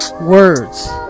words